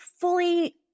fully